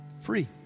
Free